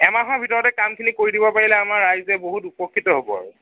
এমাহৰ ভিতৰতে কামখিনি কৰি দিব পাৰিলে আমাৰ ৰাইজে বহুত উপকৃত হ'ব আৰু